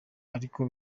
ariko